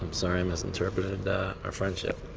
sorry, i misinterpreted our friendship.